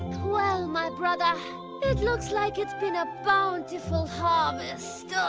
well, my brother, it looks like it's been a bountiful harvest.